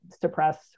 suppress